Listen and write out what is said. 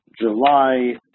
July